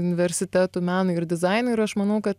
universitetų meno ir dizaino ir aš manau kad